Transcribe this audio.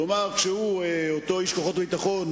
כלומר, כשאותו איש כוחות הביטחון